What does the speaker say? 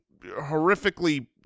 horrifically